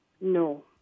No